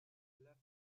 left